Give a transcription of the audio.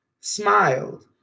smiled